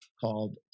called